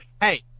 Hey